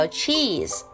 cheese